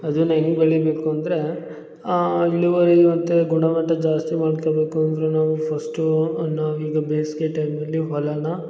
ಅದನ್ನು ಹೆಂಗ್ ಬೆಳಿಬೇಕು ಅಂದರೆ ಆ ಇಳುವರಿ ಮತ್ತು ಗುಣಮಟ್ಟ ಜಾಸ್ತಿ ಮಾಡ್ಕೋಬೇಕು ಅಂದರೆ ನಾವು ಫಸ್ಟೂ ನಾವು ಈಗ ಬೇಸಿಗೆ ಟೈಮಲ್ಲಿ ಹೊಲನ